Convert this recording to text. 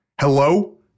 Hello